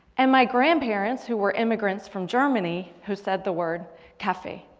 and my grandparents who were immigrants from germany who said the word coffee.